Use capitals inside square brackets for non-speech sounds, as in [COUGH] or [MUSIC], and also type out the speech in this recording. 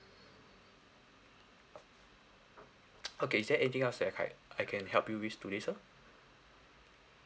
[NOISE] okay is there anything else I ki~ I can help you with today sir